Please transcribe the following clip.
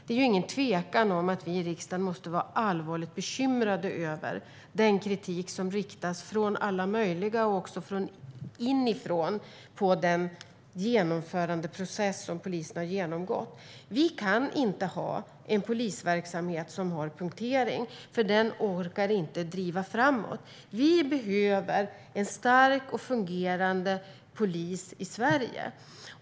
Det är ingen tvekan om att vi i riksdagen måste vara allvarligt bekymrade över den kritik som från alla möjliga håll, även inifrån, riktas mot den genomförandeprocess som polisen har genomgått. Vi kan inte ha en polisverksamhet som har punktering, för den orkar inte driva framåt. Vi behöver en stark och fungerande polis i Sverige.